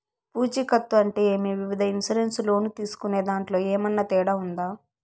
పూచికత్తు అంటే ఏమి? వివిధ ఇన్సూరెన్సు లోను తీసుకునేదాంట్లో ఏమన్నా తేడా ఉందా?